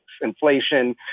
inflation